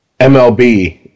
MLB